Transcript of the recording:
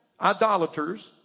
idolaters